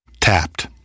Tapped